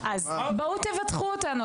בואו תבטחו אותנו.